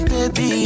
Baby